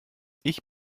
ich